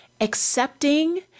accepting